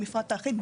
למפרט האחיד,